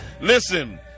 Listen